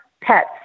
Pets